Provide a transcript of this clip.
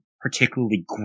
particularly